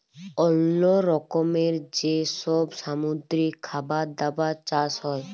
অল্লো রকমের যে সব সামুদ্রিক খাবার দাবার চাষ হ্যয়